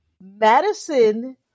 Madison